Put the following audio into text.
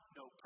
no